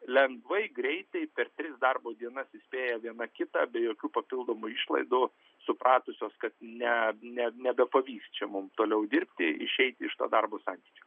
lengvai greitai per tris darbo dienas įspėję viena kitą be jokių papildomų išlaidų supratusios kad ne ne nebepavys čia mums toliau dirbti išeiti iš to darbo santykių